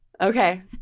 Okay